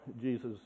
Jesus